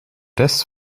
rest